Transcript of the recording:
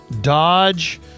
Dodge